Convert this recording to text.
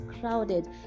crowded